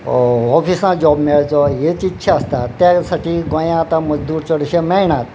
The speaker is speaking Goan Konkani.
ऑफीसान जॉब मेळचो हेच इत्सा आसता त्या साठी गोंयांत आतां मजदूर चडशे मेळनात